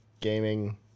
gaming